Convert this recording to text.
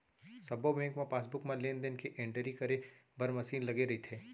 सब्बो बेंक म पासबुक म लेन देन के एंटरी करे बर मसीन लगे रइथे